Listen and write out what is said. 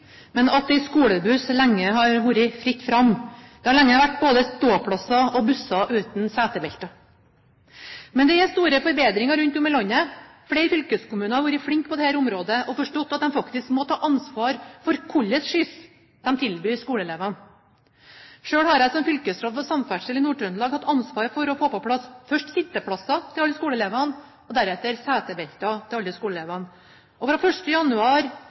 men at det i skolebuss lenge har vært fritt fram. Det har lenge vært både ståplasser og busser uten setebelter. Men det er store forbedringer rundt om i landet. Flere fylkeskommuner har vært flinke på dette området og forstått at de faktisk må ta ansvar for hva slags skyss de tilbyr skoleelevene. Selv har jeg som fylkesråd for samferdsel i Nord-Trøndelag hatt ansvaret for å få på plass først sitteplasser til alle skoleelevene og deretter setebelter til alle skoleelevene, og fra 1. januar